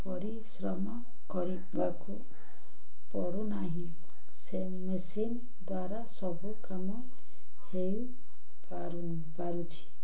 ପରିଶ୍ରମ କରିବାକୁ ପଡ଼ୁ ନାହିଁ ସେ ମେସିନ୍ ଦ୍ୱାରା ସବୁ କାମ ହେଇ ପାରୁ ପାରୁଛି